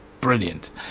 brilliant